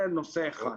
זה נושא אחד.